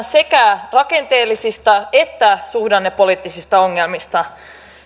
sekä rakenteellisista että suhdannepoliittisista ongelmista